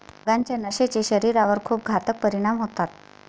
भांगाच्या नशेचे शरीरावर खूप घातक परिणाम होतात